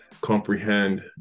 comprehend